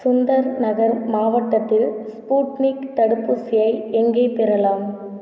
சுந்தர்நகர் மாவட்டத்தில் ஸ்புட்னிக் தடுப்பூசியை எங்கே பெறலாம்